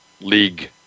league